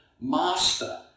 master